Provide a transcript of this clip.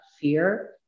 fear